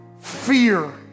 fear